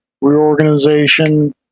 reorganization